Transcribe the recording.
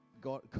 God